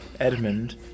Edmund